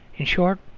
in short,